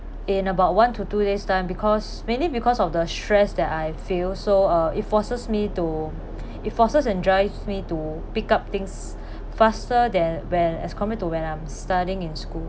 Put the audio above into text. in about one to two days time because mainly because of the stress that I feel so uh it forces me to it forces and drive me to pick up things faster than when as compared to when I'm studying in school